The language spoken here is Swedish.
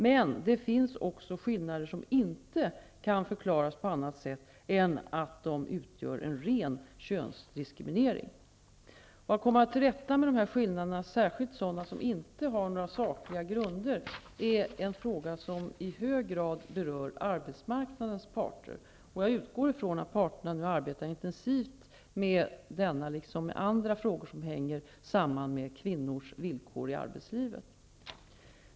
Men det finns också skillnader som inte kan förklaras på annat sätt än att de utgör ren könsdiskriminering. Att komma till rätta med dessa skillnader, särskilt sådana som inte har några sakliga grunder, är en fråga som i hög grad berör arbetsmarknadens parter. Jag utgår ifrån att parterna nu arbetar intensivt med denna liksom med andra frågor som hänger samman med kvinnors villkor i arbetslivet.